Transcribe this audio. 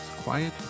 Quiet